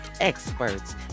experts